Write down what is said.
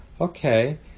okay